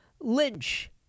lynch